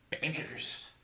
bankers